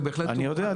אני יודע.